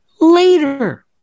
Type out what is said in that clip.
later